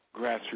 grassroots